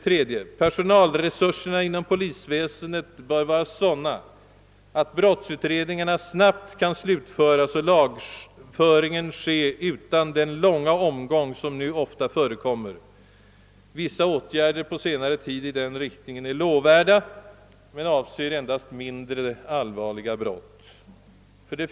3) Personalresurserna inom polisväsendet bör vara sådana, att brottsutredningarna snabbt kan slutföras och lagföringen ske utan den långa omgång som nu ofta förekommer; vissa åtgärder som på senare tid vidtagits i denna riktning är lovvärda men avser endast mindre allvarliga brott.